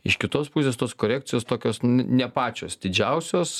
iš kitos pusės tos korekcijos tokios ne ne pačios didžiausios